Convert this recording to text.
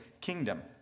kingdom